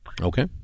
Okay